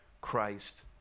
Christ